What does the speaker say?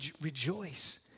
rejoice